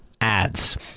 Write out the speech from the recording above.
ads